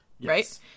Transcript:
right